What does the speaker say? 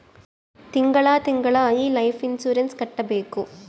ತಿಂಗಳ ತಿಂಗಳಾ ಈ ಲೈಫ್ ಇನ್ಸೂರೆನ್ಸ್ ಕಟ್ಬೇಕು